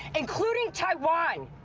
including taiwan!